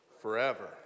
forever